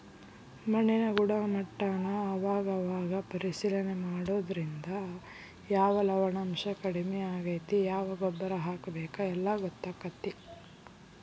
ಮಣ್ಣಿನ ಗುಣಮಟ್ಟಾನ ಅವಾಗ ಅವಾಗ ಪರೇಶಿಲನೆ ಮಾಡುದ್ರಿಂದ ಯಾವ ಲವಣಾಂಶಾ ಕಡಮಿ ಆಗೆತಿ ಯಾವ ಗೊಬ್ಬರಾ ಹಾಕಬೇಕ ಎಲ್ಲಾ ಗೊತ್ತಕ್ಕತಿ